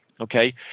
Okay